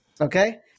Okay